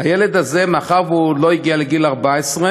הילד הזה, מאחר שהוא עוד לא הגיע לגיל 14,